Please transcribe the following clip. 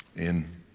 in